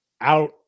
out –